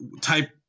type